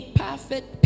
perfect